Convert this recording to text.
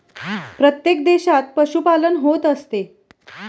प्रत्येक देशात पशुपालन होत असते